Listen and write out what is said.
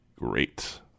great